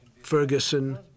Ferguson